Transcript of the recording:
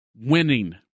winning